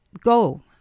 Go